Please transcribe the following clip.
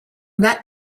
that